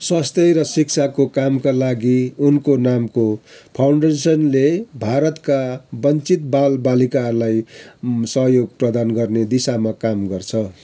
स्वास्थ्य र शिक्षाको कामका लागि उनको नामको फाउन्डेसनले भारतका वञ्चित बालबालिकालाई सहयोग प्रदान गर्ने दिशामा काम गर्छ